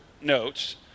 notes